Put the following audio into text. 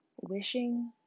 Wishing